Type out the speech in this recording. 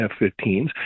F-15s